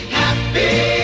happy